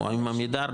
או עם עמידר,